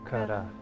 Kara